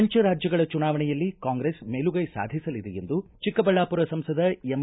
ಪಂಚ ರಾಜ್ಯಗಳ ಚುನಾವಣೆಯಲ್ಲಿ ಕಾಂಗ್ರೆಸ್ ಮೇಲುಗೈ ಸಾಧಸಲಿದೆ ಎಂದು ಚಿಕ್ಕಬಳ್ಳಾಪುರ ಸಂಸದ ಎಂ